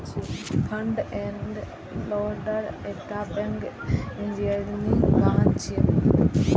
front end loader एकटा पैघ engineering वाहन छियै